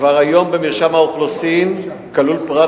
כבר היום במרשם האוכלוסין כלול פרט